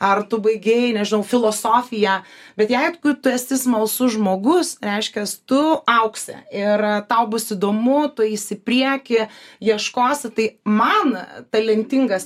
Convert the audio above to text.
ar tu baigei nežinau filosofiją bet jeigu tu tu esi smalsus žmogus reiškias tu augsi ir tau bus įdomu tu eisi į priekį ieškosi tai man talentingas